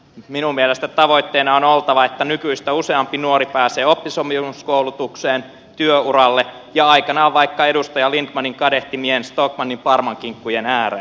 minun mielestäni tavoitteena on oltava että nykyistä useampi nuori pääsee oppisopimuskoulutukseen työuralle ja aikanaan vaikka edustaja lindtmanin kadehtimien stockmannin parmankinkkujen ääreen